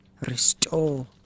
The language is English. restore